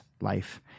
life